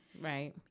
right